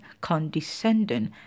condescending